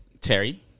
Terry